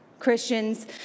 Christians